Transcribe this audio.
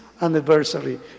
anniversary